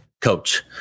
Coach